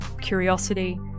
curiosity